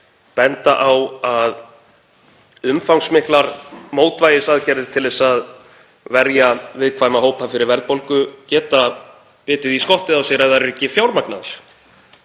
benda á að umfangsmiklar mótvægisaðgerðir til að verja viðkvæma hópa fyrir verðbólgu geta bitið í skottið á sér, ef þær eru ekki fjármagnaðar.